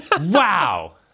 Wow